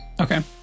Okay